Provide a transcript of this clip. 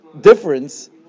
difference